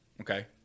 okay